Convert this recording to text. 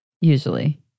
Usually